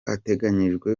ateganyijwe